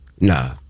Nah